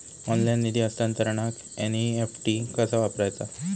Online निधी हस्तांतरणाक NEFT कसा वापरायचा?